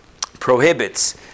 prohibits